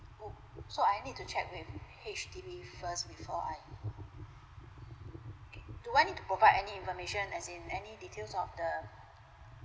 oh so I need to check with H_D_B first before I okay do I need to provide any information as in any details of the